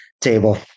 table